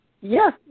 Yes